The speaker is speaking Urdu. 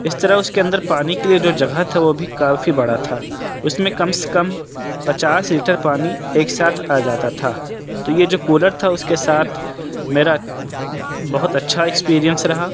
اس طرح اس کے اندر پانی کے لیے جو جگہ تھا وہ بھی کافی بڑا تھا اس میں کم سے کم پچاس لیٹر پانی ایک ساتھ آ جاتا تھا تو یہ جو کولر تھا اس کے ساتھ میرا بہت اچّھا ایکسپریئنس رہا